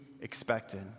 expected